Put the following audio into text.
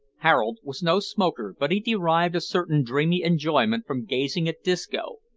harold was no smoker, but he derived a certain dreamy enjoyment from gazing at disco,